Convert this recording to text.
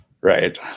right